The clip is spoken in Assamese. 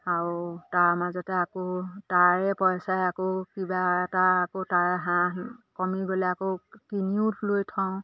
আৰু তাৰ মাজতে আকৌ তাৰে পইচাই আকৌ কিবা এটা আকৌ তাৰে হাঁহ কমি গ'লে আকৌ কিনিও লৈ থওঁ